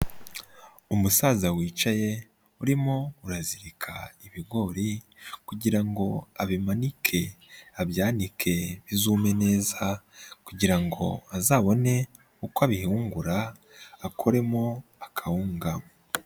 Umusaza wicaye, urimo urazirika ibigori, kugira ngo abimanike abyanike bizume neza, kugira ngo azabone uko abihungura, akuremo akawunga.